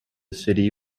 city